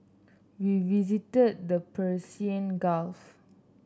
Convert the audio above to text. we visited the Persian Gulf